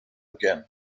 again